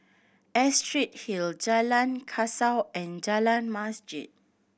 Astrid Hill Jalan Kasau and Jalan Masjid